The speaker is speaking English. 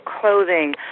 clothing